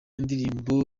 indirimbo